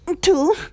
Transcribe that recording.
two